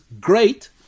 great